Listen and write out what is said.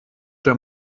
der